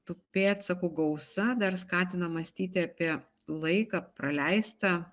tų pėdsakų gausa dar skatina mąstyti apie laiką praleistą